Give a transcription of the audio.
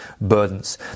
burdens